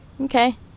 Okay